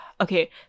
Okay